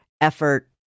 effort